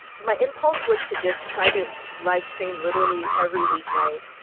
my impulse was to just try to livestream literally every weeknight.